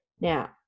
Now